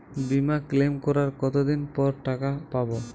বিমা ক্লেম করার কতদিন পর টাকা পাব?